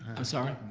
i'm sorry?